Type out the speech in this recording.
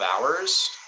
hours